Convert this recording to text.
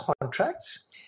contracts